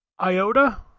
Iota